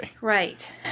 Right